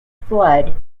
flood